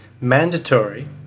mandatory